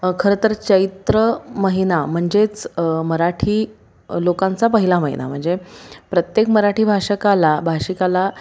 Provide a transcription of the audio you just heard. खरं तर चैत्र महिना म्हणजेच मराठी लोकांचा पहिला महिना म्हणजे प्रत्येक मराठी भाषकाला भाषिकाला